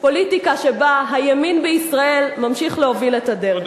פוליטיקה שבה הימין בישראל ממשיך להוביל את הדרך.